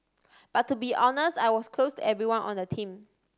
but to be honest I was close to everyone on the team